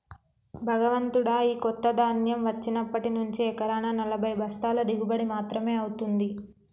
భగవంతుడా, ఈ కొత్త ధాన్యం వచ్చినప్పటి నుంచి ఎకరానా నలభై బస్తాల దిగుబడి మాత్రమే అవుతుంది